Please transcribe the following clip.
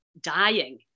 dying